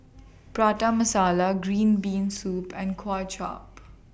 Prata Masala Green Bean Soup and Kuay Chap